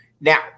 now